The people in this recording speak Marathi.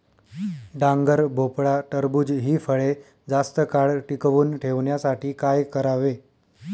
डांगर, भोपळा, टरबूज हि फळे जास्त काळ टिकवून ठेवण्यासाठी काय करावे?